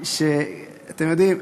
אתם יודעים,